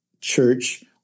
church